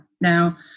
Now